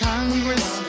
Congress